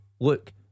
Look